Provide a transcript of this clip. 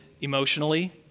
emotionally